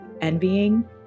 envying